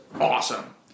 awesome